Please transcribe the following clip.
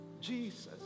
Jesus